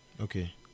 okay